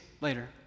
later